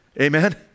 Amen